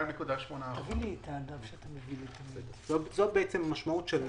2.8%. זו בעצם המשמעות של